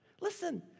Listen